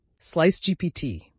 SliceGPT